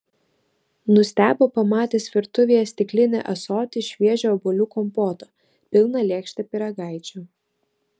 nustebo pamatęs virtuvėje stiklinį ąsotį šviežio obuolių kompoto pilną lėkštę pyragaičių